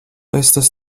estas